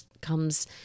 comes